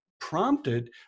prompted